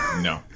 No